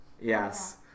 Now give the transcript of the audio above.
Yes